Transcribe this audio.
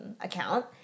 account